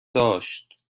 داشت